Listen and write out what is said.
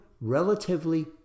relatively